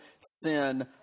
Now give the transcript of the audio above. sin